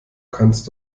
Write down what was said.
kannst